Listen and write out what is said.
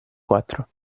quattro